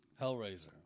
Hellraiser